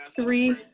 three